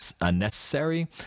unnecessary